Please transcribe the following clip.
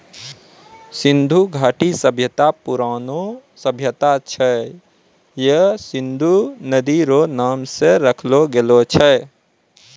सिन्धु घाटी सभ्यता परौनो सभ्यता छै हय सिन्धु नदी रो नाम से राखलो गेलो छै